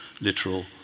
literal